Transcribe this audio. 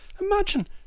Imagine